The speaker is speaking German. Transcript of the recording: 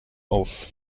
auf